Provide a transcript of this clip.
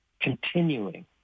continuing